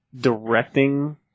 directing